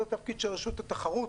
זה התפקיד של רשות התחרות,